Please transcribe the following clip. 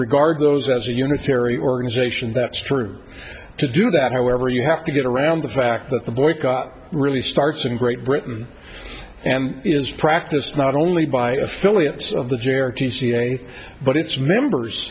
regard those as a unit ferry organization that stirred to do that however you have to get around the fact that the boycott really starts in great britain and is practiced not only by affiliates of the charity cia but its members